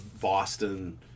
Boston